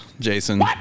Jason